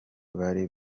bari